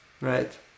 right